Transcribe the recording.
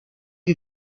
que